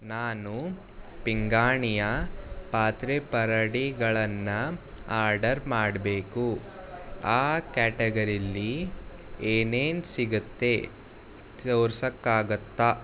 ನಾನು ಪಿಂಗಾಣಿಯ ಪಾತ್ರೆ ಪರಡಿಗಳನ್ನ ಆಡರ್ ಮಾಡಬೇಕು ಆ ಕ್ಯಾಟಗರೀಲಿ ಏನೇನು ಸಿಗುತ್ತೆ ತೋರ್ಸೋಕ್ಕಾಗುತ್ತ